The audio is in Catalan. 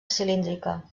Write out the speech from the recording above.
cilíndrica